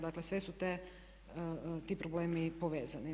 Dakle, svi su ti problemi povezani.